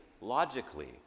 logically